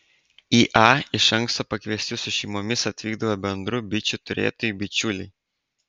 į a iš anksto pakviesti su šeimomis atvykdavo bendrų bičių turėtojai bičiuliai